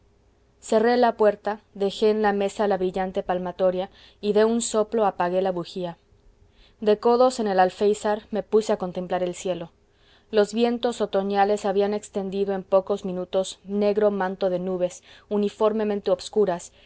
cerré la puerta dejó en la mesa la brillante palmatoria y de un soplo apagué la bujía de codos en el alféizar me puse a contemplar el cielo los vientos otoñales habían extendido en pocos minutos negro manto de nubes uniformemente obscuras